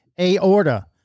aorta